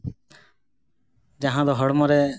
ᱡᱟᱦᱟᱸ ᱫᱚ ᱦᱚᱲᱢᱚ ᱨᱮ